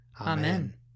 Amen